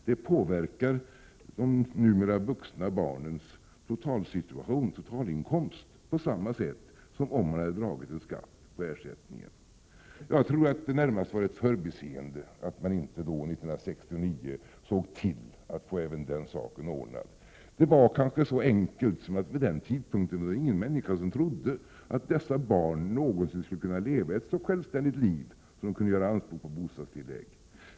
Det påverar de numera vuxna barnens totalinkomst på samma sätt som om man hade dragit en skatt på ersättningen. Jag tror att det närmast var ett förbiseende att man inte då, 1969, såg till att få även denna sak ordnad. Det var kanske så enkelt att det vid den tidpunkten inte fanns någon människa som trodde att dessa barn någonsin skulle kunna leva ett så självständigt liv att de kunde komma att göra anspråk på bostadstillägg.